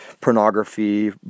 pornography